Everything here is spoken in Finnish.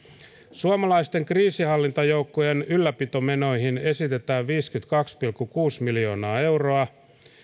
suomalaisten kriisinhallintajoukkojen ylläpitomenoihin esitetään viittäkymmentäkahta pilkku kuutta miljoonaa euroa